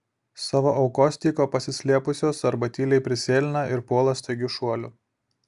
savo aukos tyko pasislėpusios arba tyliai prisėlina ir puola staigiu šuoliu